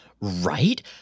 Right